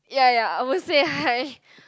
ya ya I will say hi